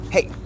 Hey